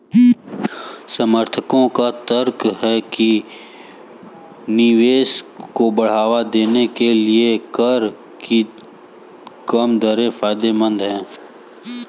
समर्थकों का तर्क है कि निवेश को बढ़ावा देने के लिए कर की कम दरें फायदेमंद हैं